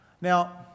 Now